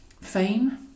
fame